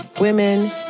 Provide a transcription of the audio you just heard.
women